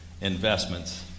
investments